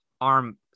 arm